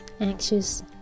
anxious